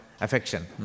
affection